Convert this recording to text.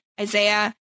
Isaiah